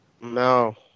No